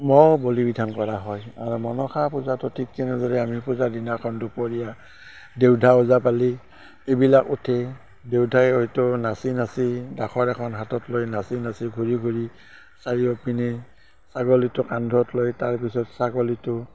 ম'হ বলি বিধান কৰা হয় আৰু মনসা পূজাটো ঠিক তেনেদৰে আমি পূজাৰ দিনাখন দুপৰীয়া দেউ ধাও ওজাপালি এইবিলাক উঠে দেউ ধাই হয়তো নাচি নাচি ডাখৰ এখন হাতত লৈ নাচি নাচি ঘূৰি ঘূৰি চাৰিওপিনে ছাগলীটো কান্ধত লৈ তাৰপিছত ছাগলীটো